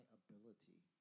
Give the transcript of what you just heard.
ability